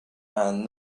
and